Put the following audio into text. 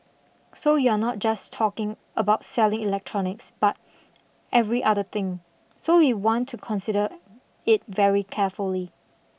so you're not just talking about selling electronics but every other thing so we want to consider it very carefully